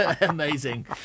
Amazing